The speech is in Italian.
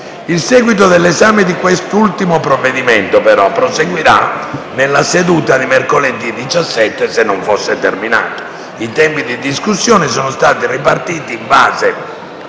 Il seguito dell'esame di quest'ultimo provvedimento proseguirà nella seduta di mercoledì 17. I tempi di discussione sono stati ripartiti in base